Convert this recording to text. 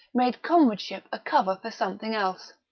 made comradeship a cover for something else.